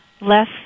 less